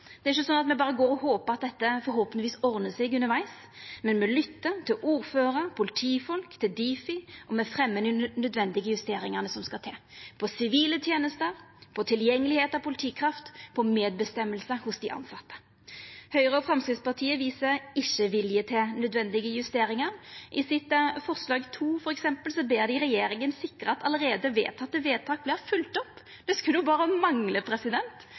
Det er ikkje sånn at me berre går og håpar at dette forhåpentleg ordnar seg undervegs, me lyttar til ordførarar, til politifolk og til Difi, og me fremjar dei nødvendige justeringane – av sivile tenester, av tilgjengelegheit av politikraft og av medbestemming hos dei tilsette. Høgre og Framstegspartiet viser ikkje vilje til nødvendige justeringar. I sitt forslag nr. 2, f.eks., ber dei regjeringa sikra at vedtak vert følgde opp. Det skulle